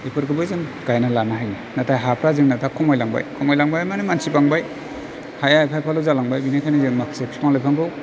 बेफोरखौबो जों गायनानै लानो हायो नाथाइ हाफ्रा जोंना दा खमायलांबाय खमायलांबाय माने मानसि बांबाय हाया एफा एफाल' जालांबाय बेनिखायनो जों माखासे बिफां लाइफांखौ